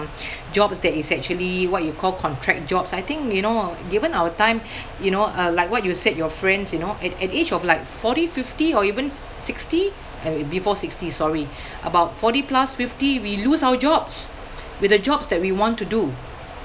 jobs that is actually what you call contract jobs I think you know given our time you know uh like what you said your friends you know at at age of like forty fifty or even sixty uh before sixty sorry about forty plus fifty we lose our jobs with the jobs that we want to do